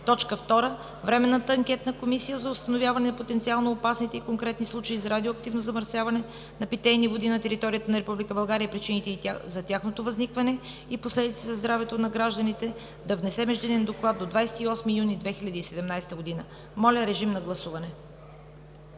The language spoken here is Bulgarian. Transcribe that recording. дни. 2. Временната комисия за установяване на потенциално опасните и конкретни случаи на радиоактивно замърсяване на питейни води на територията на Република България, причините за тяхното възникване и последиците за здравето на гражданите да внесе междинен доклад до 28 юни 2017 г.“ Моля, режим на гласуване.